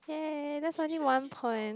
ya that's only one point